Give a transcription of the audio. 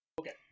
Okay